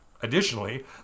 Additionally